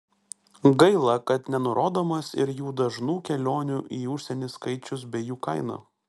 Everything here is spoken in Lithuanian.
gaila kad nenurodomas ir jų dažnų kelionių į užsienį skaičius bei jų kaina